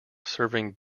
serving